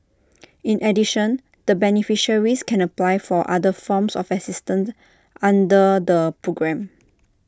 in addition the beneficiaries can apply for other forms of assistance under the programme